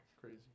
crazy